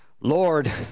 Lord